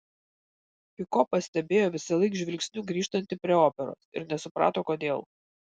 piko pastebėjo visąlaik žvilgsniu grįžtanti prie operos ir nesuprato kodėl